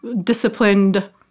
disciplined